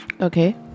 Okay